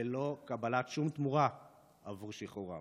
בלא קבלת שום תמורה על שחרורם.